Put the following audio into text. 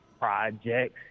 projects